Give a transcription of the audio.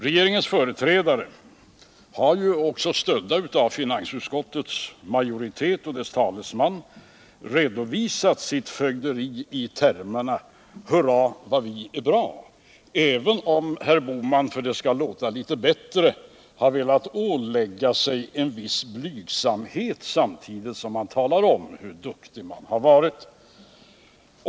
Regeringens företrädare har också, stödda av finansutskottets majoritet och dess talesman, redovisat sitt fögderi i termerna Hurra vad vi är bra — även om Gösta Bohman, för att det skall låta litet bättre, har velat ålägga sig en viss blygsamhet samtidigt som han talar om hur duktig regeringen har varit.